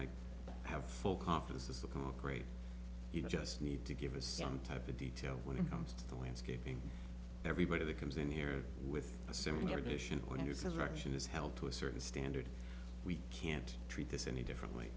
i have full confidence as the great you just need to give us some type of detail when it comes to the landscaping everybody that comes in here with a similar position or uses reaction is held to a certain standard we can't treat this any differently